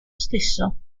stesso